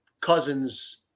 cousins